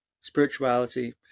spirituality